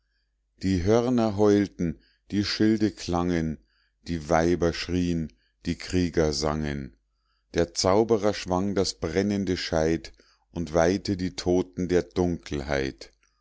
die hörner heulten die schilde klangen die weiber schrien die krieger sangen der zauberer schwang das brennende scheit und weihte die toten der dunkelheit